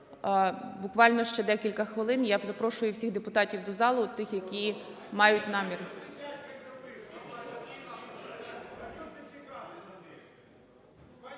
Буквально ще декілька хвилин, і я запрошую всіх депутатів до залу, тих, які мають намір…